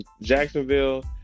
Jacksonville